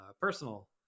personal